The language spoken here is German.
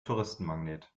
touristenmagnet